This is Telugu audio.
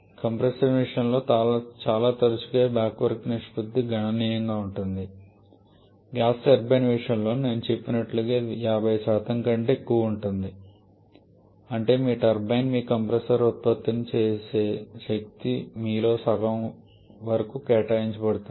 కంప్రెసర్ల విషయంలో చాలా తరచుగా ఈ బ్యాక్ వర్క్ నిష్పత్తి గణనీయంగా ఉంటుంది గ్యాస్ టర్బైన్ల విషయంలో నేను చెప్పినట్లుగా ఇది 50 కంటే ఎక్కువగా ఉంటుంది అంటే మీ టర్బైన్ మీ కంప్రెసర్ ఉత్పత్తి చేసే శక్తి మీలో సగం వరకు కేటాయించబడుతుంది